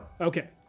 Okay